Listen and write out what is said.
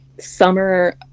summer